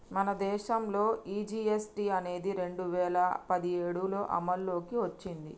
మన దేసంలో ఈ జీ.ఎస్.టి అనేది రెండు వేల పదిఏడులో అమల్లోకి ఓచ్చింది